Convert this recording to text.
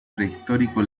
prehistórico